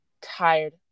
tired